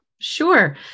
Sure